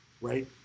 right